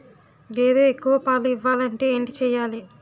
గేదె ఎక్కువ పాలు ఇవ్వాలంటే ఏంటి చెయాలి?